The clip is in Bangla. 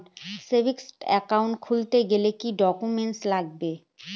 সেভিংস একাউন্ট খুলতে গেলে কি কি ডকুমেন্টস লাগবে?